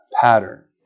pattern